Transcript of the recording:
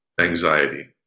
anxiety